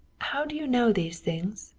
how do you know these things?